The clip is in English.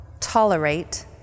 tolerate